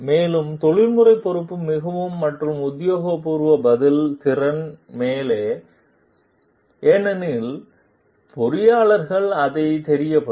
மேலும் தொழில்முறை பொறுப்பு மிகவும் மற்றும் உத்தியோகபூர்வ பதில் திறன் மேலே ஏனெனில் பொறியாளர்கள் அதை தெரியப்படுத்த